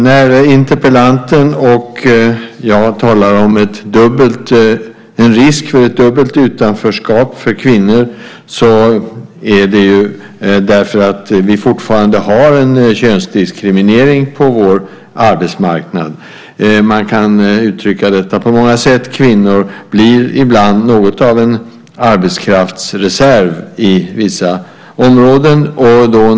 När interpellanten och jag talar om en risk för ett dubbelt utanförskap för kvinnor är det därför att vi fortfarande har en könsdiskriminering på vår arbetsmarknad. Man kan uttrycka detta på många sätt. Kvinnor blir ibland något av en arbetskraftsreserv på vissa områden.